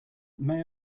may